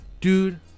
dude